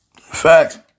fact